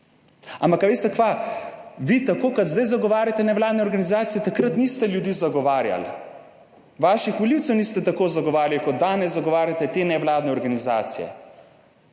ampak a veste kaj, vi tako kot zdaj zagovarjate, nevladne organizacije takrat niste ljudi zagovarjali, vaših volivcev niste tako zagovarjali, kot danes zagovarjate te nevladne organizacije.